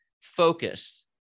focused